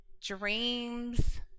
dreams